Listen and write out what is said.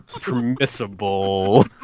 permissible